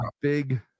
big